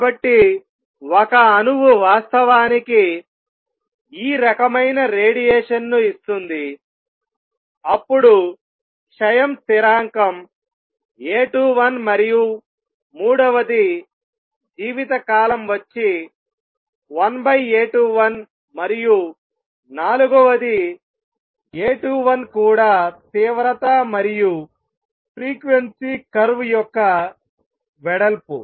కాబట్టి ఒక అణువు వాస్తవానికి ఈ రకమైన రేడియేషన్ను ఇస్తుంది అప్పుడు క్షయం స్థిరాంకం A21 మరియు మూడవది జీవిత కాలం వచ్చి 1A21 మరియు నాలుగవది A21 కూడా తీవ్రత మరియు ఫ్రీక్వెన్సీ కర్వ్ యొక్క వెడల్పు